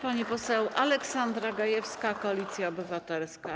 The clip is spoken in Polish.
Pani poseł Aleksandra Gajewska, Koalicja Obywatelska.